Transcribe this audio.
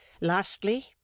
Lastly